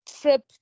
trip